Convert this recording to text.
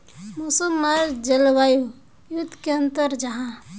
मौसम आर जलवायु युत की अंतर जाहा?